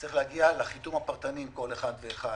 צריך להגיע לחיתום הפרטני עם כל אחד ואחד.